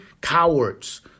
cowards